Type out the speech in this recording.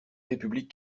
république